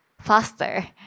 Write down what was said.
faster